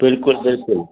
बिल्कुलु बिल्कुलु